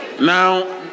Now